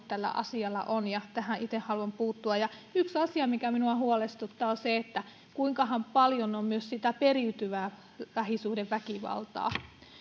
tällä asialla on monet kasvot ja tähän itse haluan puuttua yksi asia mikä minua huolestuttaa on se että kuinkahan paljon on myös sitä periytyvää lähisuhdeväkivaltaa